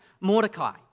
Mordecai